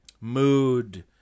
mood